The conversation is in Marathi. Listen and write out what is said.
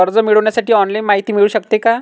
कर्ज मिळविण्यासाठी ऑनलाईन माहिती मिळू शकते का?